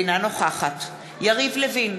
אינה נוכחת יריב לוין,